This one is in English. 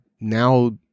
now